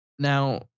Now